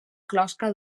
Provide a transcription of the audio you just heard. closca